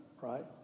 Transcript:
right